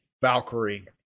Valkyrie